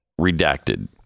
redacted